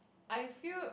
I feel